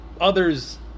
others